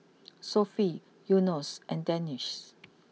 Sofea Yunos and Danish